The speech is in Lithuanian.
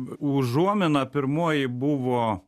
užuomina pirmoji buvo